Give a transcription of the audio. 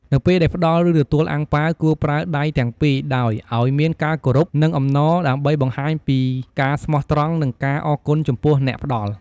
នៅពេលដែលផ្តល់ ឬទទួលអាំងប៉ាវ គួរប្រើដៃទាំងពីរដោយអោយមានការគោរព និងអំណរ ដើម្បីបង្ហាញពីការស្មោះត្រង់ និងការអរគុណចំពោះអ្នកផ្តល់។